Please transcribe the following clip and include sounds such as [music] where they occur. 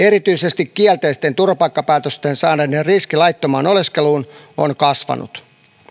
[unintelligible] erityisesti kielteisten turvapaikkapäätösten saaneiden riski laittomaan oleskeluun on kasvanut